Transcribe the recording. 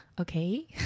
Okay